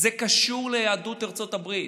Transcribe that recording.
זה קשור ליהדות ארצות הברית,